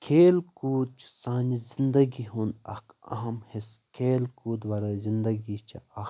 کھیل کوٗد چھُ سانہِ زندگی ہُند اکھ أہم حصہِ کھیل کوٗد ورٲے زندگی چھِ اکھ